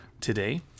today